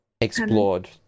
explored